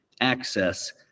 access